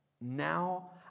now